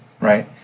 right